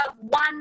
one